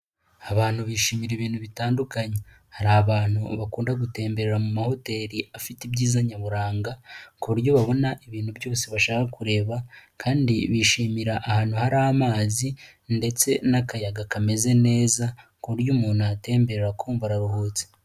Abantu bishimira ibintu bitandukanye hari abantu bakunda gutemberera mu mahoteri afite ibyiza nyaburanga ku buryo babona ibintu byose bashaka kureba kandi bishimira ahantu hari amazi ndetse n'akayaga kameze neza ku buryo umuntu ahatemberera kumva araruhutse.